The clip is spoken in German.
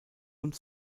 und